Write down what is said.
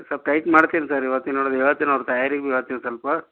sir ಪ್ರಯತ್ನ ಮಾಡ್ತೀನಿ sir ಇವತ್ತಿನೊಳ್ಗೆ ಹೇಳ್ತಿನ್ ಅವ್ರ ತಾಯಾರಿಗೂ ಹೇಳ್ತಿನ್ ಸ್ವಲ್ಪ